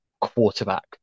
quarterback